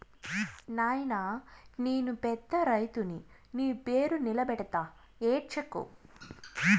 నాయినా నేను పెద్ద రైతుని మీ పేరు నిలబెడతా ఏడ్సకు